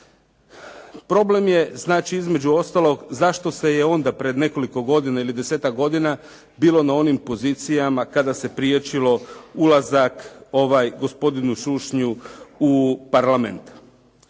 Problem je znači između ostalog zašto se je onda prije nekoliko godina ili desetak godina bilo na onim pozicijama kada se priječilo ulazak gospodinu Sušnju u Parlament.